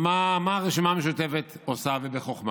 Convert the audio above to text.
מה שהרשימה המשותפת עושה, ובחוכמה: